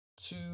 two